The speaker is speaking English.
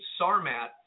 Sarmat